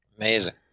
amazing